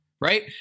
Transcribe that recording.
right